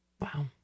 wow